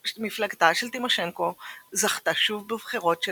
מפלגתה של טימושנקו זכתה שוב בבחירות של